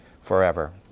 forever